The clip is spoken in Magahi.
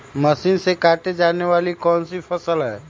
मशीन से काटे जाने वाली कौन सी फसल है?